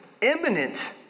imminent